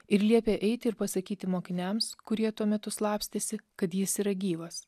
ir liepė eiti ir pasakyti mokiniams kurie tuo metu slapstėsi kad jis yra gyvas